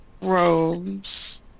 robes